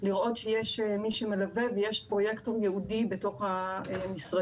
לראות שיש מי שמלווה ויש פרויקטור ייעודי בתוך המשרדים,